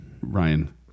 ryan